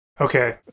Okay